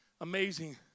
Amazing